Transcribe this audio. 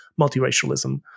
multiracialism